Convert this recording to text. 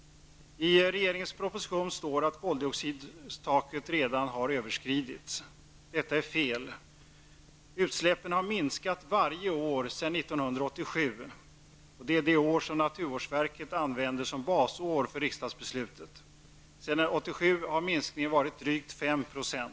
I regeringens proposition står att koldioxidtaket redan har överskridits. Detta är fel. Utsläppen har minskat varje år sedan 1987. Naturvårdsverket använder det året som basår för riksdagsbeslutet. Sedan 1987 har minskningen varit drygt 5 %.